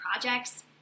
projects